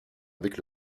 avec